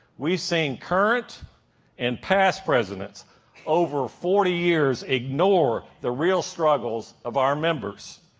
we've seen current and past presidents over forty years ignore the real struggles of our members,